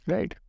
Right